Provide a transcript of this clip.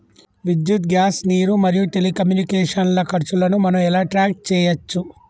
విద్యుత్ గ్యాస్ నీరు మరియు టెలికమ్యూనికేషన్ల ఖర్చులను మనం ఎలా ట్రాక్ చేయచ్చు?